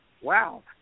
wow